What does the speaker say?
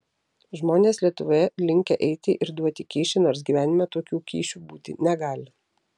žmonės lietuvoje linkę eiti ir duoti kyšį nors gyvenime tokių kyšių būti negali